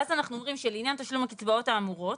ואז אנחנו אומרים שלעניין תשלום הקצבאות האמורות